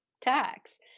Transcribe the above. tax